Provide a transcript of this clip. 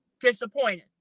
disappointed